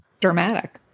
dramatic